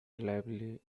reliably